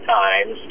times